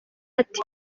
ati